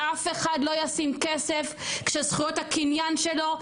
אף אחד לא ישים כסף כשזכויות הקניין שלו,